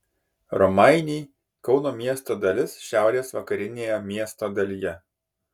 romainiai kauno miesto dalis šiaurės vakarinėje miesto dalyje